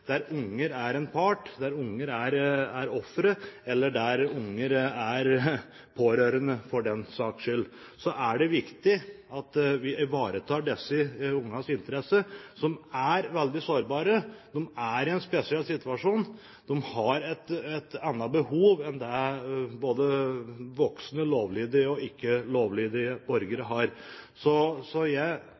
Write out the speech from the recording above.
der unger er en part, der unger er offeret, eller der unger er pårørende for den saks skyld. Da er det viktig at vi ivaretar disse ungenes interesse. De er veldig sårbare, de er i en spesiell situasjon, de har et annet behov enn det både lovlydige og ikke lovlydige voksne borgere har. Så jeg stiller spørsmål ved om domstolloven er